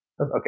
Okay